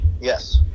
Yes